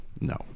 No